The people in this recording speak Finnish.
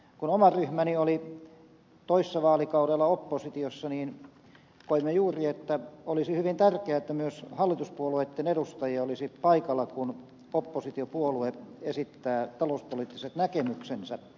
kun oma ryhmäni oli toissa vaalikaudella oppositiossa koimme juuri että olisi hyvin tärkeää että myös hallituspuolueitten edustajia olisi paikalla kun oppositiopuolueet esittää talouspoliittiset näkemyksensä